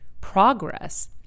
progress